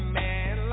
man